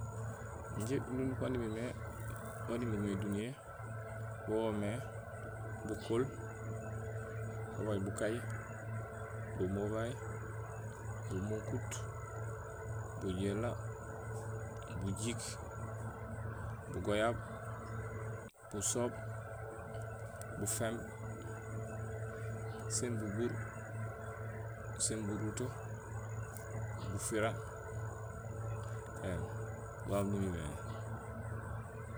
Injé ununuk wan imimé, wan imimé duniya wo woomé bukool, babaaj bukaay, bumobaay, bumunkuut, bujééla, bujiik, bugoyab, busoob, buféemb sin bubuur sin buruto, bufira éém, wawu nimimé